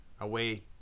away